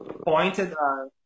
pointed